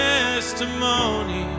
testimony